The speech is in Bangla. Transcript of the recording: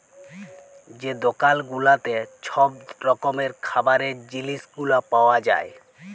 যে দকাল গুলাতে ছব রকমের খাবারের জিলিস গুলা পাউয়া যায়